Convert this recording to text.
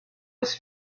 was